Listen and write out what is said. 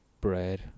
bread